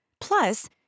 Plus